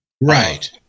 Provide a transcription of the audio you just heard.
Right